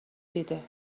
دیده